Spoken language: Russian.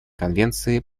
конвенции